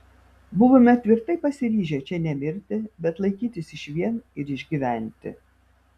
buvome tvirtai pasiryžę čia nemirti bet laikytis išvien ir išgyventi